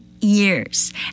years